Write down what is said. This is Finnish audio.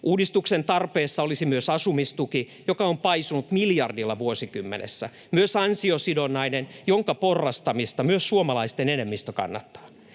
Uudistuksen tarpeessa olisi myös asumistuki, joka on paisunut miljardilla vuosikymmenessä, myös ansiosidonnainen, jonka porrastamista myös suomalaisten enemmistö kannattaa.